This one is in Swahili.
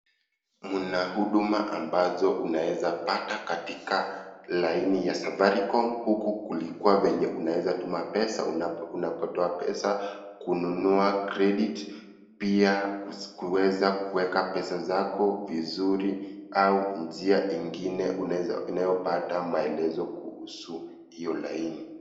Kuna huduma ambazo unaweza pata katika laini ya Safaricom huku kulikuwa venye unawezatuma pesa, unapotoa pesa, kununua credit pia kuweza kuweka pesa zako vizuri au njia ingine inayopata maelezo kuhusu hiyo laini.